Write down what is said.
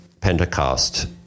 Pentecost